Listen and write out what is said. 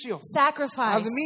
sacrifice